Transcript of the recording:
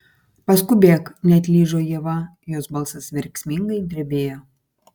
paskubėk neatlyžo ieva jos balsas verksmingai drebėjo